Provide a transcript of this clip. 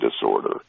disorder